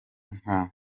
nka